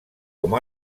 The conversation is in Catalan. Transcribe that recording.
com